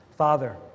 Father